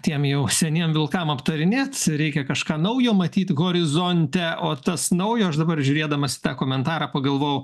tiem jau seniem vilkam aptarinėt reikia kažką naujo matyt horizonte o tas naujo aš dabar žiūrėdamas į tą komentarą pagalvojau